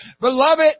Beloved